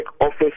office